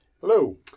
Hello